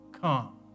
come